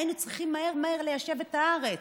היינו צריכים מהר מהר ליישב את הארץ,